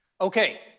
Okay